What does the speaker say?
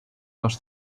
los